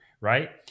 Right